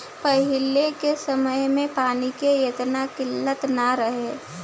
पहिले के समय में पानी के एतना किल्लत ना रहे